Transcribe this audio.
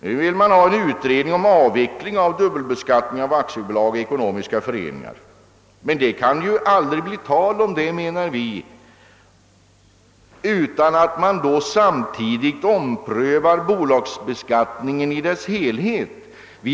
Nu vill man ha en utredning om avveckling av dubbelbeskattningen av aktiebolag och ekonomiska föreningar, men den saken kan det aldrig bli tal om, menar vi, om inte samtidigt bolagsbeskattningen i sin helhet omprövas.